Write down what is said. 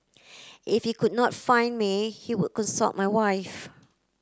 if he could not find me he would consult my wife